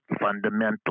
fundamental